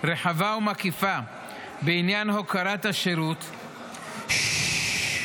רחבה ומקיפה בעניין הוקרת השירות -- ששש,